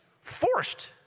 forced